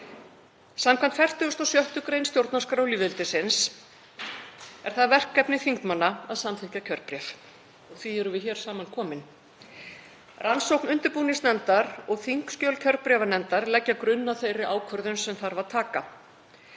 Samkvæmt 46. gr. stjórnarskrár lýðveldisins er það verkefni þingmanna að samþykkja kjörbréf og því erum við hér samankomin. Rannsókn undirbúningsnefndar og þingskjöl kjörbréfanefndar leggja grunn að þeirri ákvörðun sem þarf að taka.